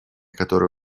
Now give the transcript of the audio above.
которое